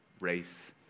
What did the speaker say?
race